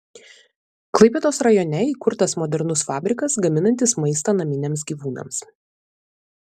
klaipėdos rajone įkurtas modernus fabrikas gaminantis maistą naminiams gyvūnams